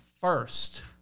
first